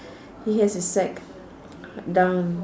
he has a sack down